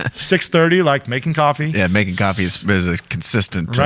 ah six thirty like making coffee. yeah, and making coffee consistent.